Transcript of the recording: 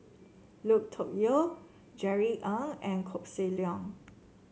Lui Tuck Yew Jerry Ng and Koh Seng Leong